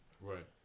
Right